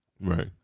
right